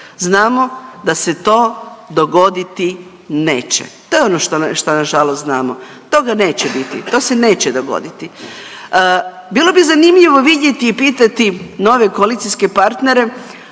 znamo da se to dogoditi neće, to je ono što nažalost znamo, toga neće biti, to se neće dogoditi. Bilo bi zanimljivo vidjeti i pitati nove koalicijske partnere,